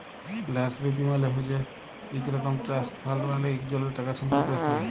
ল্যাস লীতি মালে হছে ইক রকম ট্রাস্ট ফাল্ড মালে ইকজলের টাকাসম্পত্তি রাখ্যা হ্যয়